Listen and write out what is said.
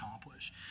accomplish